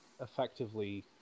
effectively